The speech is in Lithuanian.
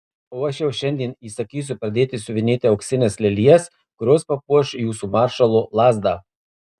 o aš jau šiandien įsakysiu pradėti siuvinėti auksines lelijas kurios papuoš jūsų maršalo lazdą